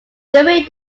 during